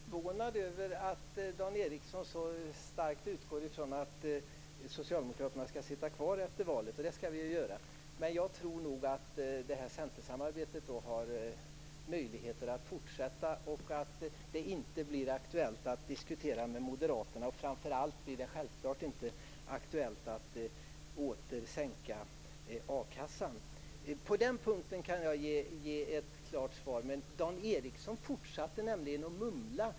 Fru talman! Jag är förvånad över att Dan Ericsson så starkt utgår från att Socialdemokraterna skall sitta kvar efter valet. Det skall vi ju göra. Men jag tror nog att centersamarbetet då har möjligheter att fortsätta och att det inte blir aktuellt att diskutera med Moderaterna. Framför allt blir det självklart inte aktuellt att åter sänka a-kassan. På den punkten kan jag ge ett klart svar. Men Dan Ericsson fortsatte att mumla.